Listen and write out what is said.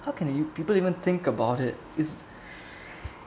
how can you people even think about it is